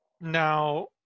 Now